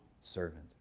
servant